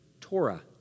Torah